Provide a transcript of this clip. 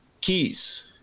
keys